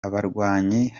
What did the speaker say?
abarwanyi